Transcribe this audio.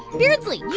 beardsley, yeah